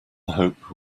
hope